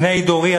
בני דורי,